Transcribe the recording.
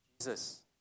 Jesus